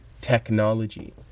technology